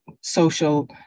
social